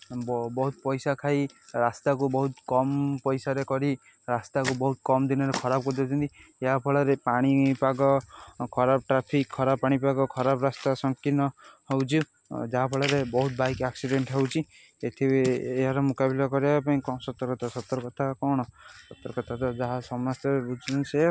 ବହୁତ ପଇସା ଖାଇ ରାସ୍ତାକୁ ବହୁତ କମ୍ ପଇସାରେ କରି ରାସ୍ତାକୁ ବହୁତ କମ୍ ଦିନରେ ଖରାପ କରିଦେଉଛନ୍ତି ଏହା ଫଳରେ ପାଣିପାଗ ଖରାପ ଟ୍ରାଫିକ୍ ଖରାପ ପାଣିପାଗ ଖରାପ ରାସ୍ତା ସଂକିର୍ଣ୍ଣ ହେଉଛି ଯାହା ଫଳରେ ବହୁତ ବାଇକ୍ ଆକ୍ସିଡ଼େଣ୍ଟ୍ ହେଉଛି ଏଥିରେ ଏହାର ମୁକାବିଲ କରିବା ପାଇଁ କ'ଣ ସତର୍କତା ସତର୍କତା ଆଉ କ'ଣ ସତର୍କତା ତ ଯାହା ସମସ୍ତେ ବୁଝୁଛନ୍ତି ସେଇଆ ଆଉ